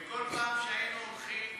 וכל פעם שהיינו הולכים